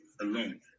alone